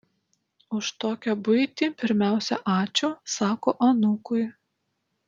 už tokią buitį pirmiausia ačiū sako anūkui